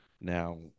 now